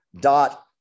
dot